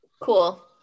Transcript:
Cool